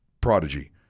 prodigy